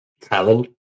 talent